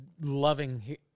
loving